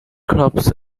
clubs